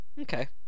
Okay